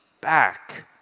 back